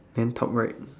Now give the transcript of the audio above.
then top right